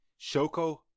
Shoko